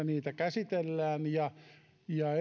niitä käsitellään kevään kehysriihessä ja